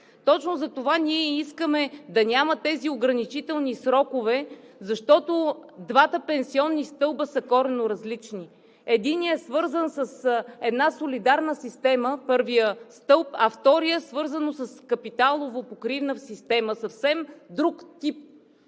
Точно за това ние искаме да няма тези ограничителни срокове, защото двата пенсионни стълба са коренно различни. Първият стълб е свързан с една солидарна система, а вторият е свързан с капиталово покривна система – съвсем друг тип